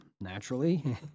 naturally